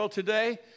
today